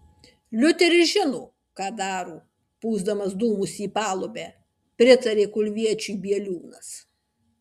liuteris žino ką daro pūsdamas dūmus į palubę pritarė kulviečiui bieliūnas